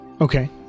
Okay